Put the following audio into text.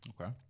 okay